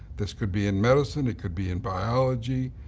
this could be in medicine, it could be in biology,